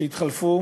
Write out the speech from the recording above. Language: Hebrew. שהתחלפו